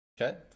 Okay